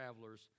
travelers